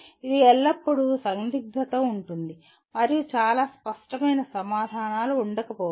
ఇది ఎల్లప్పుడూ సందిగ్ధత ఉంటుంది మరియు చాలా స్పష్టమైన సమాధానాలు ఉండకపోవచ్చు